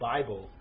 Bible